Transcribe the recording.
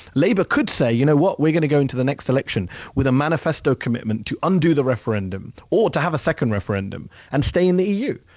labor could say, you know what? we're going to go into the next election with a manifesto commitment to undo the referendum or to have a second referendum and stay in the eu.